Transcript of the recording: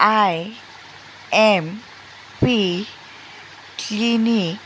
I M P clinic